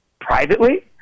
privately